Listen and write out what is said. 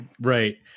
Right